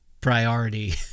priority